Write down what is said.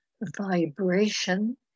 vibration